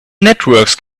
networks